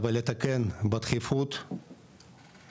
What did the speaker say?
לתקן בדחיפות את